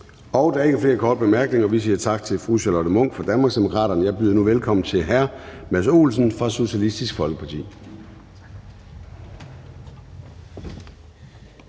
Der er ikke flere korte bemærkninger. Vi siger tak til fru Charlotte Munch fra Danmarksdemokraterne. Jeg byder nu velkommen til hr. Mads Olsen fra Socialistisk Folkeparti.